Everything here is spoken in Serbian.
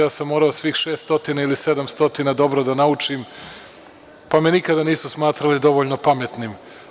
Ja sam morao svih 600 ili 700 dobro da naučim, pa me nikada nisu smatrali dovoljno pametnim.